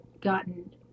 gotten